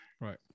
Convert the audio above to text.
Right